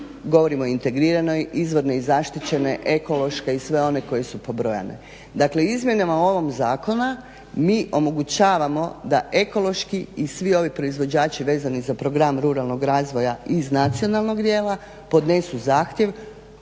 govorimo o integriranoj, izvodne i zaštićene, ekološke i sve one koje su pobrojane. Dakle izmjenama ovog zakona mi omogućavamo da ekološki i svi ovi proizvođači vezani za program ruralnog razvoja iz nacionalnog dijela podnesu zahtjev